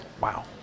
Wow